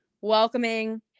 welcoming